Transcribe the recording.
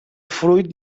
fruit